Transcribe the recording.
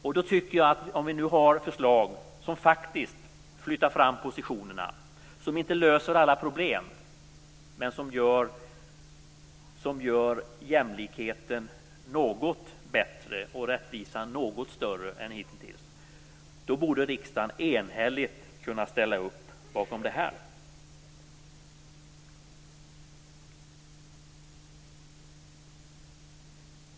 Om vi nu har förslag som faktiskt flyttar fram positionerna - som inte löser alla problem, men som gör jämlikheten något bättre och rättvisan något större än hittills - borde riksdagen enhälligt kunna ställa upp bakom dem.